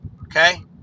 okay